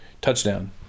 touchdown